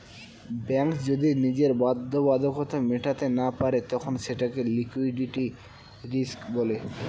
bank যদি নিজের বাধ্যবাধকতা মেটাতে না পারে তখন সেটাকে লিক্যুইডিটি রিস্ক বলে